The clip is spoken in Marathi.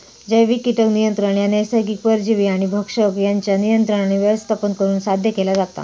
जैविक कीटक नियंत्रण ह्या नैसर्गिक परजीवी आणि भक्षक यांच्या नियंत्रण आणि व्यवस्थापन करुन साध्य केला जाता